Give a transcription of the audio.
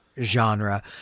genre